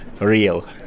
real